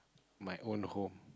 my own home